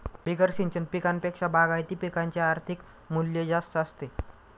बिगर सिंचन पिकांपेक्षा बागायती पिकांचे आर्थिक मूल्य जास्त असते